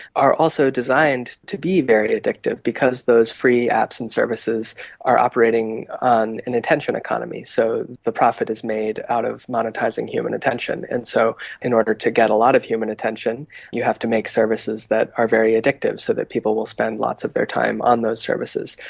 are also designed to be very addictive because those free apps and services are operating on an attention economy, so the profit is made out of monetising human attention. and so in order to get a lot of human attention you have to make services that are very addictive so that people will spend lots of their time on those services.